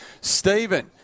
Stephen